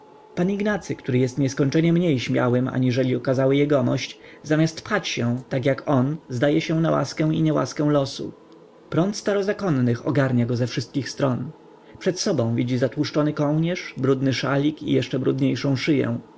ignacy który jest nieskończenie mniej śmiałym aniżeli okazały jegomość zamiast pchać się jak on zdaje się na łaskę i niełaskę losu prąd starozakonnych ogarnia go ze wszystkich stron przed sobą widzi zatłuszczony kołnierz brudny szalik i jeszcze brudniejszą szyję